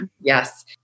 Yes